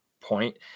point